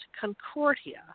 Concordia